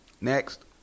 Next